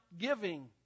giving